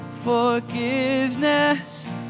Forgiveness